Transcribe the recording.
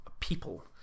People